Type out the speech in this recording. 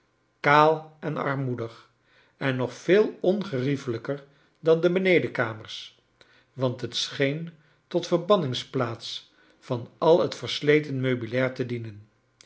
kaal en armoedig en nog veel ongerieflijker dan de benedenkamers want het scheen tot verbanningsplaats van al het versleten meubtlair te dienen